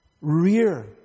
rear